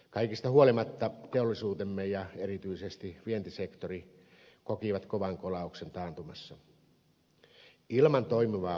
kaikesta huolimatta teollisuutemme ja erityisesti vientisektori koki kovan kolauksen taantumassa